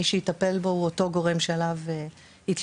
שמי שיטפל בו הוא אותו גורם שעליו התלוננו.